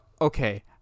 okay